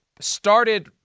started